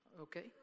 Okay